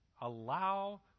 allow